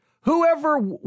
whoever